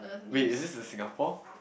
wait is this in Singapore